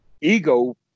ego